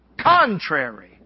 contrary